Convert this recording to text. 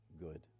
good